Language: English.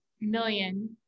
Million